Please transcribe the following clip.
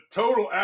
total